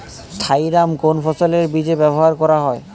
Thiram কোন ফসলের বীজে ব্যবহার করা হয়?